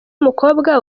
umukobwa